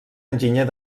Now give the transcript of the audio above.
enginyer